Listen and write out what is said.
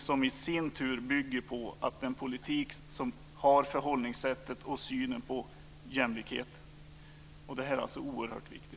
Det i sin tur bygger på en politik som har ett sådant förhållningssätt och den synen på jämlikhet. Det är oerhört viktigt.